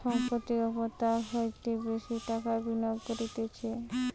সম্পত্তির ওপর তার হইতে বেশি টাকা বিনিয়োগ করতিছে